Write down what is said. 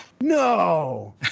No